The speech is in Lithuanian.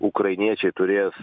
ukrainiečiai turės